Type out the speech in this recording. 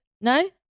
No